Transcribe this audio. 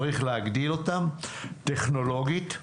צריך להגדיל אותם, טכנולוגית,